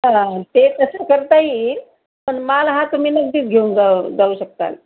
हां ते तसं करता येईल पण माल हा तुम्ही नगदीच घेऊन जा जाऊ शकताल